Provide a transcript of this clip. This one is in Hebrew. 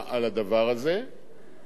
וגם אם זה מעניין אתכם לשמוע על הדבר